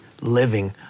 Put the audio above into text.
living